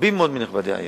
רבים מאוד מנכבדי העיר,